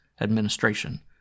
administration